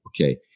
Okay